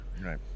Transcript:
Right